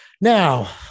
Now